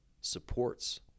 supports